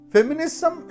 Feminism